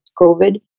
COVID